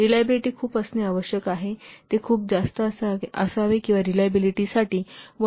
reliability खूप असणे आवश्यक आहे ते खूप जास्त असावे आणि रिलायबिलिटीसाठी 1